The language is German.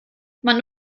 man